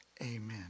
amen